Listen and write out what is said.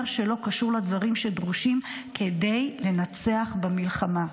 שלא קשור לדברים הדרושים כדי לנצח במלחמה".